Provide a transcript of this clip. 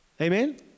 Amen